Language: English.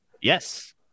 Yes